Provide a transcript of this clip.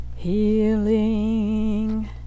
Healing